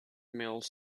mills